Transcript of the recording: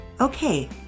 Okay